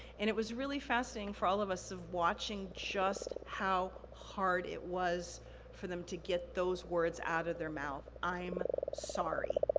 and it was really fascinating for all of us of watching just how hard it was for them to get those words out of their mouth, i'm sorry.